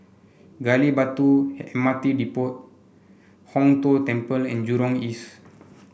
Gali Batu M R T Depot Hong Tho Temple and Jurong East